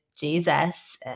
Jesus